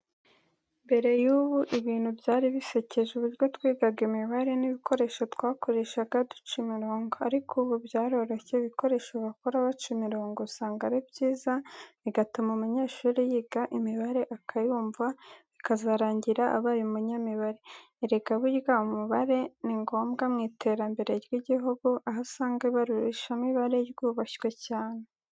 Mbere y'ubu ibintu byari bisekeje, uburyo twigaga imibare n'ibikoresho twakoreshaga duca imirongo. Ariko ubu byaroroshye ibikoresho bakora baca imirongo usanga ari byiza bigatuma umunyeshuri yiga imibare akayumva, bikazarangira abaye umunyamibare. Erega burya imibare ningombwa mu iterambere ry'igihugu. Aho usanga ibarurishamibare ry'ubashywe cyane.